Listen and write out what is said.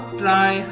try